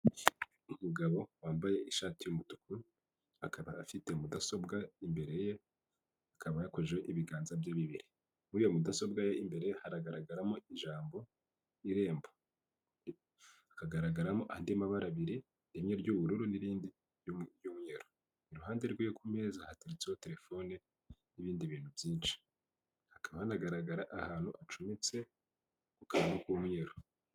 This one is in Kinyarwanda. Umugabo wambaye ishati y'umutuku, akaba afite mudasobwa imbere ye, akaba yakojejeho ibiganza bye bibiri. Muri iyo mudasobwa ye imbere hagaragaramo ijambo irembo. Hakagaragaramo andi mabara abiri, rimwe ry'ubururu n'irindi ry'umweru, iruhande rwiwe ku meza hateretseho telefone n'ibindi bintu byinshi. Hakaba hanagaragara ahantu hacometse ku kantu k'umweru.